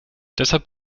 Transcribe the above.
deshalb